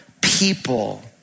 people